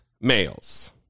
males